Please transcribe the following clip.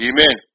Amen